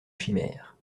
chimères